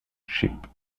ship